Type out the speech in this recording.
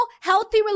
healthy